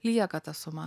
lieka ta suma